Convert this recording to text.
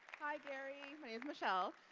hi, gary. my name's michelle.